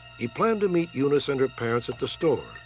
he planned to meet unice and her parents at the store.